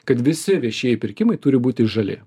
kad visi viešieji pirkimai turi būti žali